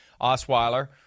Osweiler